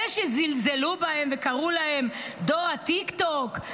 אלה שזלזלו בהם וקראו להם דור הטיקטוק,